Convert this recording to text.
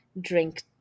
drink